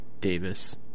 Davis